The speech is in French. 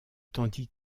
tandis